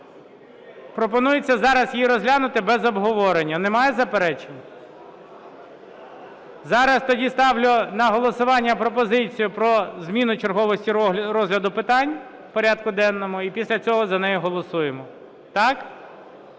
Пропонується зараз її розглянути, без обговорення. Немає заперечень? Зараз тоді ставлю на голосування пропозицію про зміну черговості розгляду питань в порядку денному і після цього за неї голосуємо. Так?